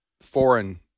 foreign